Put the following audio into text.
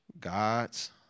God's